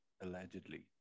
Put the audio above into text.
allegedly